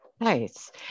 Nice